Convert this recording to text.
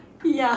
ya